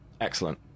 Excellent